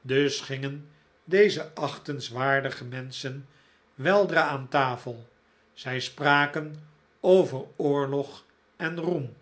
dus gingen deze achtenswaardige menschen weldra aan tafel zij spraken over oorlog en roem